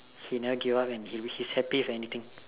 she never give up and she's happy anything